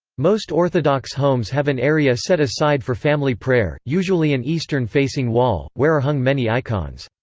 most orthodox homes have an area set aside for family prayer, usually an eastern facing wall, where are hung many icons.